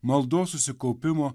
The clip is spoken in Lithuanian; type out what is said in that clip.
maldos susikaupimo